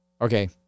Okay